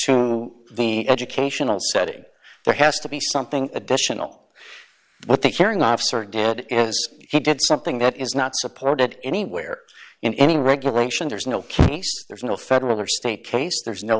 to the educational setting there has to be something additional what the caring officer did as he did something that is not supported anywhere in any regulation there is no case there is no federal or state case there is no